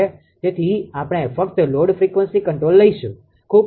તેથી આપણે ફક્ત લોડ ફ્રિકવન્સી કન્ટ્રોલ લઈશું